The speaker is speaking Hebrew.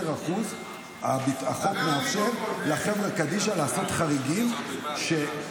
החוק מאפשר לחברת קדישא לעשות חריגים ב-10%,